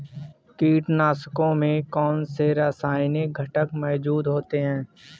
कीटनाशकों में कौनसे रासायनिक घटक मौजूद होते हैं?